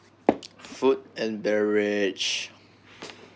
food and beverage